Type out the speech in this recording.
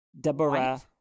Deborah